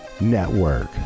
network